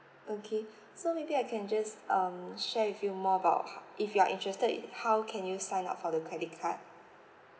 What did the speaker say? okay so maybe I can just um share with you more about ho~ if you are interested in how can you sign up for the credit card